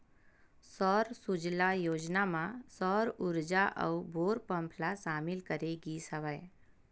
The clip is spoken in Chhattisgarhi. सौर सूजला योजना म सौर उरजा अउ बोर पंप ल सामिल करे गिस हवय